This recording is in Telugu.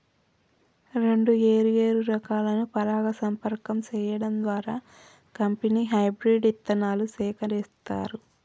రెండు ఏరు ఏరు రకాలను పరాగ సంపర్కం సేయడం ద్వారా కంపెనీ హెబ్రిడ్ ఇత్తనాలు సేత్తారు